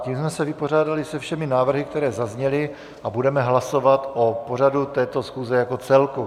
Tím jsme se vypořádali se všemi návrhy, které zazněly, a budeme hlasovat o pořadu této schůze jako celku.